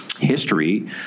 history